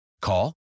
Call